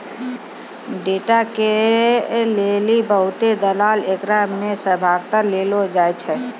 data के लेली बहुते दलाल एकरा मे सहभागिता देलो जाय छै